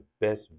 best